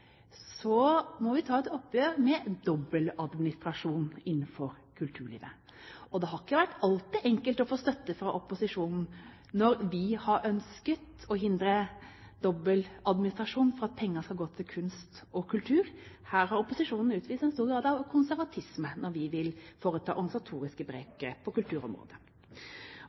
må vi ta et oppgjør med dobbeltadministrasjonen innenfor kulturlivet. Det har ikke alltid vært enkelt å få støtte fra opposisjonen når vi har ønsket å hindre dobbeltadministrasjon for at pengene skulle gå til kunst og kultur. Her har opposisjonen utvist en stor grad av konservatisme når vi har villet foreta organisatoriske grep på kulturområdet.